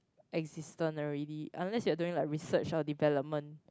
existent already unless you are doing like research or development